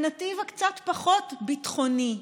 הנתיב הקצת-פחות ביטחוני,